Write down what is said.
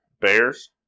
Bears